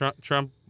Trump